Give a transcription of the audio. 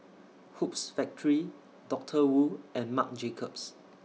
Hoops Factory Doctor Wu and Marc Jacobs